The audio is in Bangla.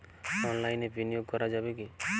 অনলাইনে বিনিয়োগ করা যাবে কি?